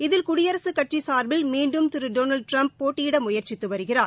இதில் குடியரசு கட்சி சார்பில் மீண்டும் திரு டொனால்டு டிரம்ப் போட்டியிட முயற்சித்து வருகிறார்